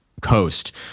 coast